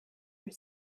your